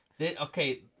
Okay